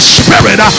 spirit